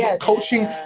coaching